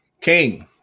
King